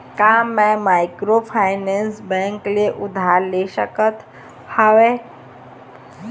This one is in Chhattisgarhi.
का मैं माइक्रोफाइनेंस बैंक से उधार ले सकत हावे?